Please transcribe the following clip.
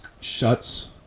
shuts